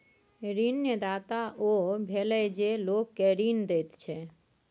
ऋणदाता ओ भेलय जे लोक केँ ऋण दैत छै